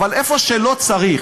אבל איפה שלא צריך,